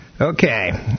Okay